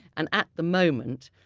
and at the moment,